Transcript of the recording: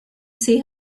see